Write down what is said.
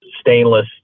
stainless